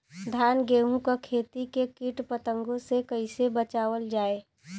धान गेहूँक खेती के कीट पतंगों से कइसे बचावल जाए?